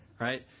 Right